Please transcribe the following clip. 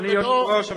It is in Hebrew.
אדוני היושב-ראש,